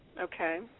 Okay